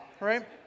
right